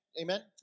Amen